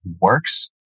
works